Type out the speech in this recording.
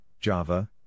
Java